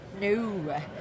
No